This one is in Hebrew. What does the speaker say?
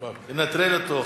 תנטרל אותו,